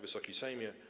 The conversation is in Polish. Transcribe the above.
Wysoki Sejmie!